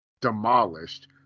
demolished